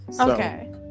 Okay